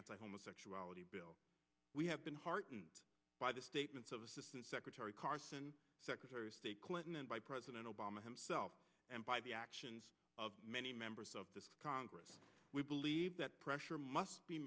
homosexuality bill we have been heartened by the statements of assistant secretary carson secretary of state clinton and by president obama himself and by the actions of many members of the congress we believe that pressure must be